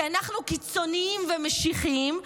כי אנחנו קיצוניים ומשיחיים,